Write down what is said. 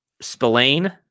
Spillane